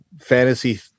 fantasy